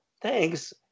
Thanks